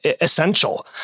essential